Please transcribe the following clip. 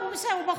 לא, אימא שלו.